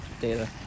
data